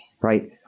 Right